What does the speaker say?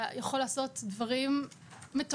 אתה יכול לעשות דברים מטורפים.